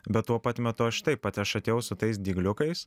bet tuo pat metu aš taip aš atėjau su tais dygliukais